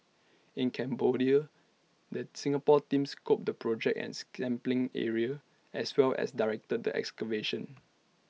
in Cambodia the Singapore team scoped the project and sampling area as well as directed the excavation